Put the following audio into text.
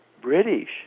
British